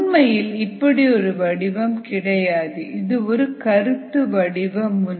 உண்மையில் இப்படி ஒரு வடிவம் கிடையாது இது ஒரு கருத்து வடிவ முனை